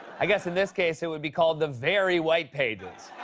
i guess in this case, it would be called the very white pages.